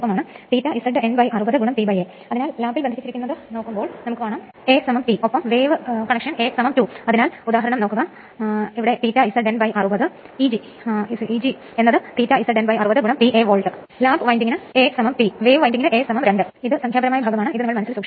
4 mm മുതൽ 4 mm വരെയുള്ള ഒരു ചെറിയ വായു വാതകം ഉപയോഗിച്ച് റോട്ടർ യഥാർത്ഥത്തിൽ സ്റ്റേറ്ററിൽ നിന്ന് വേർതിരിക്കുന്നു